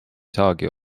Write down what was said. saagi